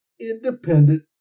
independent